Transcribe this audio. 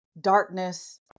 darkness